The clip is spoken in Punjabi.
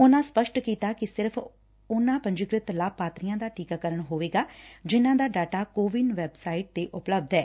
ਉਨੂਾ ਸਪੱਸਟ ਕੀਤਾ ਕਿ ਸਿਰਫ਼ ਉਨੂਾ ਪ੍ਰੰਜਕ੍ਤਿ ਲਾਭਪਾਤਰੀਆਂ ਦਾ ਟੀਕਕਰਨ ਹੋਵੇਗਾ ਜਿਨੂਾਂ ਦਾ ਡਾਟਾ ਕੋਵਿਨ ਵੈਬਸਾਈਟ ਤੇ ਉਪਲਬੱਧ ਐ